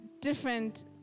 different